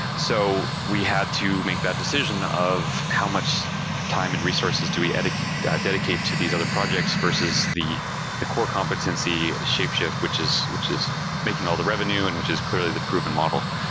so we had to make that decision of how much time and resources do we dedicate dedicate to these other projects, versus the the core competency, the shapeshift, which is which is making all the revenue and which is clearly the proven model.